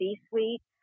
C-suite